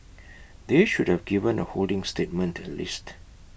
they should have given A holding statement at least